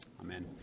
Amen